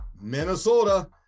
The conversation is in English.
Minnesota